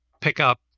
pick-up